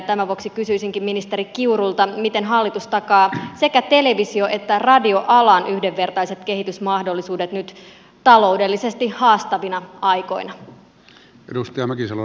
tämän vuoksi kysyisinkin ministeri kiurulta miten hallitus takaa sekä televisio että radioalan yhdenvertaiset kehitysmahdollisuudet nyt taloudellisesti haastavina aikoina